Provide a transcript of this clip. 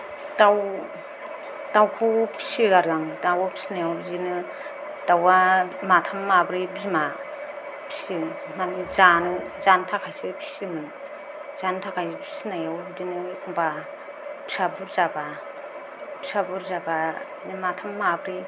दाउ दाउखौ फिसियो आरो आं दाउ फिसिनायाव बिदिनो दाउआ माथाम माब्रै बिमा फिसियो जोंहानि जानो थाखायसो फिसियोमोन जानो थाखाय फिसिनायाव बिदिनो एखम्बा फिसा बुरजाबा फिसा बुरजाबा बिदिनो माथाम माब्रै